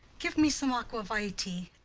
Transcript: give me some aqua vitae.